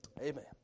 Amen